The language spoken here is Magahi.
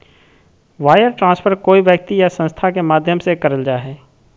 वायर ट्रांस्फर कोय व्यक्ति या संस्था के माध्यम से करल जा हय